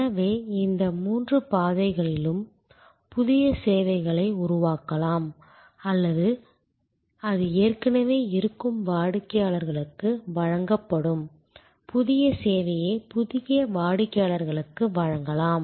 எனவே இந்த மூன்று பாதைகளிலும் புதிய சேவைகளை உருவாக்கலாம் அல்லது அது ஏற்கனவே இருக்கும் வாடிக்கையாளர்களுக்கு வழங்கப்படும் புதிய சேவையை புதிய வாடிக்கையாளருக்கு வழங்கலாம்